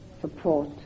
support